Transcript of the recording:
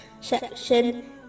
section